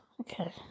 okay